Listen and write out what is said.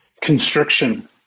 constriction